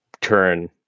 turn